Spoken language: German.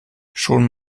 schon